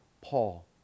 Paul